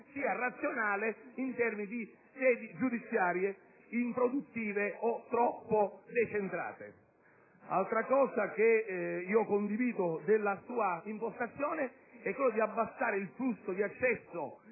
razionale in termini di sedi giudiziarie improduttive o troppo decentrate. Un altro aspetto che condivido della sua impostazione è la decisione di abbassare il flusso di accesso